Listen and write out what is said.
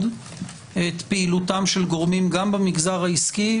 את פעילותם של גורמים גם במגזר העסקי,